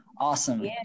Awesome